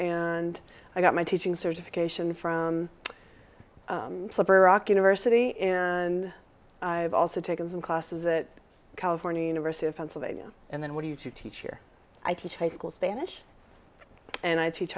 and i got my teaching certification from slippery rock university and i've also taken some classes that california university of pennsylvania and then what do you teach here i teach high school spanish and i teach